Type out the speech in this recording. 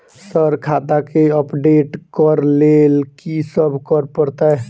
Sir खाता केँ update करऽ लेल की सब करै परतै?